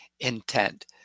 Intent